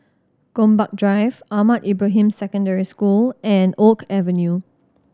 Gombak Drive Ahmad Ibrahim Secondary School and Oak Avenue